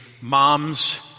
mom's